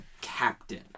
captain